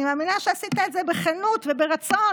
אני מאמינה שעשית את זה בכנות וברצון.